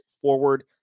forward